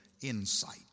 insight